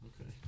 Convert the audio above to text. Okay